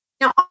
Now